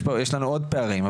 יש לנו עוד פערים,